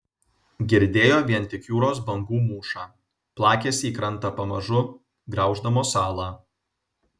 girdėjo vien tik jūros bangų mūšą plakėsi į krantą pamažu grauždamos salą